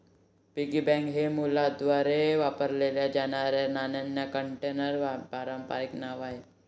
piggy bank हे मुलांद्वारे वापरल्या जाणाऱ्या नाण्यांच्या कंटेनरचे पारंपारिक नाव आहे